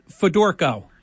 Fedorko